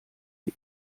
die